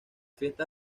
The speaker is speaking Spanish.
fiesta